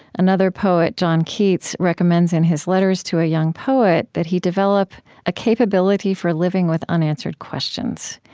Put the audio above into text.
another poet, john keats, recommends in his letters to a young poet that he develop a capability for living with unanswered questions.